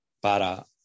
para